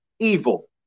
Evil